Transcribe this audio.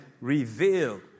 revealed